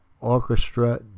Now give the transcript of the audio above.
Orchestra